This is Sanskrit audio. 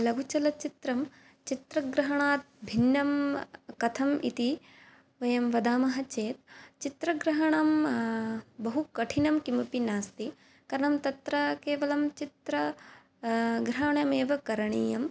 लघुचलचित्रं चित्रग्रहणात् भिन्नं कथम् इति वयं वदामः चेत् चित्रग्रहणं बहुकठिनं किमपि नास्ति कारणं तत्र केवलं चित्र ग्रहणमेव करणीयं